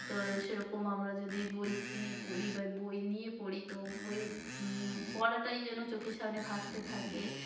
তো সেরকম আমরা যদি বই কিনে পড়ি বা বই নিয়ে পড়ি তো বইয়ের পড়াটাই যেন চোখের সামনে ভাসতে থাকে